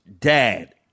dad